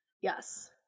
Yes